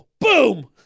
boom